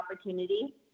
opportunity